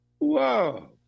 Whoa